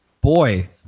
Boy